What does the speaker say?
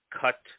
cut